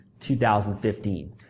2015